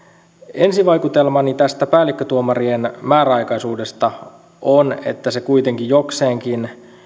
ensivaikutelmani tästä päällikkötuomarien määräaikaisuudesta on että se kuitenkin jokseenkin näin